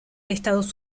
estados